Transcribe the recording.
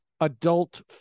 adult